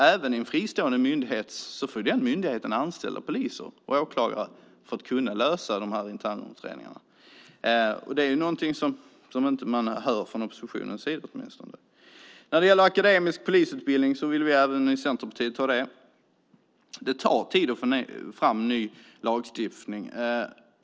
Även en fristående myndighet får anställa poliser och åklagare för att kunna lösa de interna utredningarna. Det är någonting som man inte hör från oppositionens sida. Även vi i Centerpartiet vill ha en akademisk polisutbildning. Men det tar tid att få fram en ny lagstiftning.